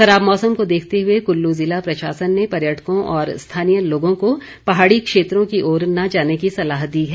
खराब मौसम को देखते हुए कुल्लू ज़िला प्रशासन ने पर्यटकों और स्थानीय लोगों को पहाड़ी क्षेत्रों की ओर न जाने की सलाह दी है